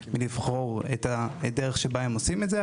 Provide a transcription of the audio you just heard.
מלבחור את הדרך שזה הם עושים את זה,